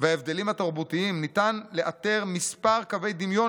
וההבדלים התרבותיים ניתן לאתר מספר קווי דמיון